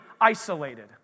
isolated